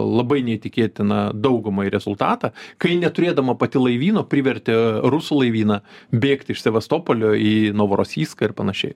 labai neįtikėtiną daugumai rezultatą kai neturėdama pati laivyno privertė rusų laivyną bėgti iš sevastopolio į novorosijską ir panašiai